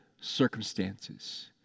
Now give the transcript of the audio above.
circumstances